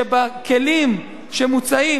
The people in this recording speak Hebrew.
שבכלים שמוצעים,